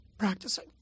practicing